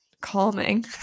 calming